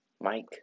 Mike